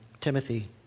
Timothy